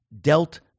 dealt